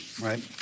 right